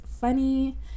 funny